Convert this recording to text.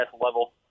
Level